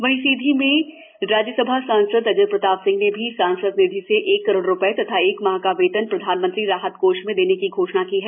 वहीं सीधी में राज्य सभा सांसद अजय प्रताप सिंह ने भी सांसद निधि से एक करोड़ रुपये तथा एक माह का वेतन प्रधान मंत्री राहत कोष में देने की घोषणा की है